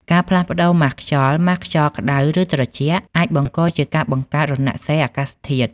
ការផ្លាស់ប្តូរម៉ាស់ខ្យល់ ម៉ាស់ខ្យល់ក្តៅ ឬត្រជាក់ អាចបង្កជាការបង្កើតរណសិរ្សអាកាសធាតុ។